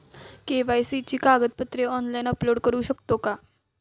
KYC ची कागदपत्रे online upload करू शकतो का?